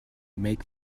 make